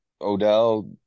Odell